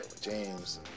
James